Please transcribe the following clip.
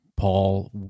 Paul